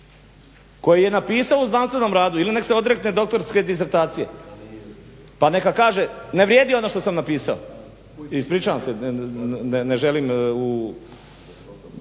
koji je napisao u znanstvenom radu ili nek se odrekne doktorske disertacije pa neka kaže ne vrijedi ono što sam napisao. Ispričavam se, ne želim